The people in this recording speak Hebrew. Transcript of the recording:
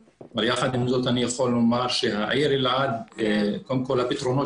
יחד עם זאת אני יכול לומר שקודם כל הפתרונות